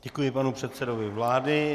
Děkuji panu předsedovi vlády.